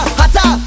hotter